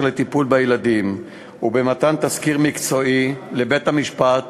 לטיפול בילדים ובמתן תסקיר מקצועי לבית-המשפט